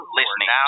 listening